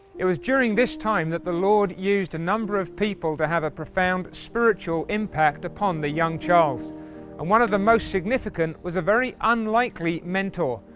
it was during this time that the lord used a number of people to have a profound spiritual impact upon the young charles and one of the most significant was a very unlikely mentor,